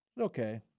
Okay